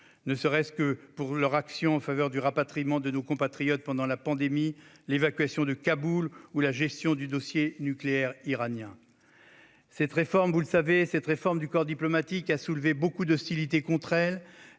ne serait-ce que pour son action en faveur du rapatriement de nos compatriotes pendant la pandémie, l'évacuation de Kaboul, ou la gestion du dossier nucléaire iranien. Cette réforme du corps diplomatique a soulevé beaucoup d'hostilité contre elle,